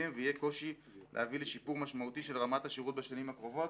ויהיה קושי להביא לשיפור משמעותי של רמת השירות בשנים הקרובות.